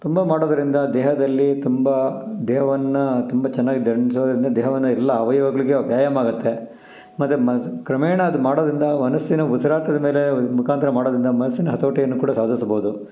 ತುಂಬ ಮಾಡೋದರಿಂದ ದೇಹದಲ್ಲಿ ತುಂಬ ದೇಹವನ್ನು ತುಂಬ ಚೆನ್ನಾಗ್ ದಂಡಿಸೋದರಿಂದ ದೇಹವನ್ನು ಎಲ್ಲ ಅವಯವಗಳಿಗೆ ವ್ಯಾಯಾಮ ಆಗುತ್ತೆ ಮತ್ತು ಮಸ್ ಕ್ರಮೇಣ ಅದು ಮಾಡೋದರಿಂದ ಮನಸ್ಸಿನ ಉಸಿರಾಟದ ಮೇಲೆ ಮುಖಾಂತರ ಮಾಡೋದರಿಂದ ಮನಸ್ಸಿನ ಹತೋಟಿಯನ್ನು ಕೂಡ ಸಾಧಿಸಬೌದು